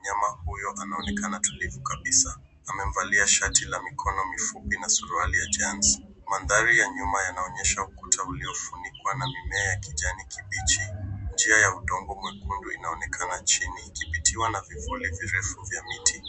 Mnyama huyo anaonekana tukivu kabisa. Amevalia shati ya mikono mifupi na suruali ya jeans. Mandhari ya nyuma yanaonyesha ukuta uliofunikwa na mimea ya kijani kibichi. Njia ya udongo mwekundu inaonekana chini ikipitiwa na vivuli virefu vya miti.